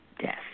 death